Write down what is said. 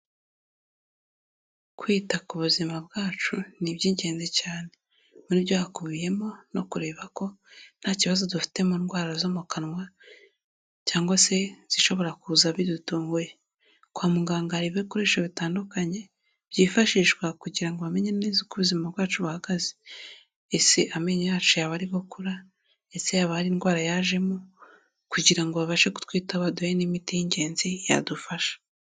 Kwita ku buzima bwacu ni iby'ingenzi cyane muri byo hakubiyemo no kureba ko nta kibazo dufite mu ndwara zo mu kanwa cyangwa se zishobora kuza bidutunguye. Kwa muganga hari yo ibikoresho bitandukanye byifashishwa kugira ngo bamenye neza uko ubuzima bwacu buhagaze, ese amenyo yacu yaba ari gukura, ese haba hari indwara yajemo, kugira ngo babashe kutwitaho baduhe n'imiti y'ingenzi yadufasha.